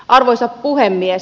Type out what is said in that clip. arvoisa puhemies